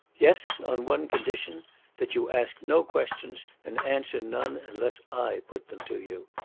yes, on one condition that you ask no questions, and answer none unless i put them to you.